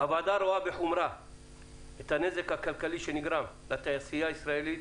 הוועדה רואה בחומרה את הנזק הכלכלי שנגרם לתעשייה הישראלית,